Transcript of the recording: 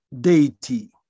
deity